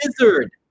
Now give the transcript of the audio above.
Wizard